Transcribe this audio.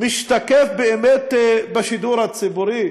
משתקף באמת בשידור הציבורי?